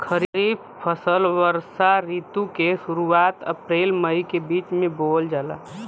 खरीफ फसल वषोॅ ऋतु के शुरुआत, अपृल मई के बीच में बोवल जाला